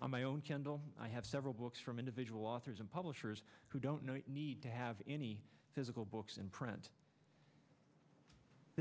on my own candle i have several books from individual authors and publishers who don't need to have any physical books in print the